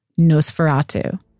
Nosferatu